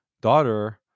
daughter